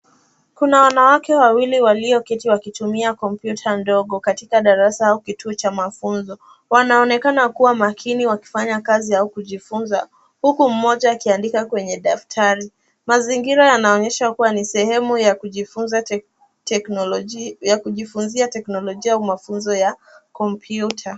Kuna wanawake wawili walioketi wakitumia kompyuta ndogo katika darasa au kituo cha mafunzo. Wanaonekana kuwa makini wakifanya kazi ya kujifunza huku mmoja akiandika kwenye daftari. Mazingira yanaonyesha kuwa ni sehemu ya kujifunzia teknolojia au mafunzo ya kompyuta.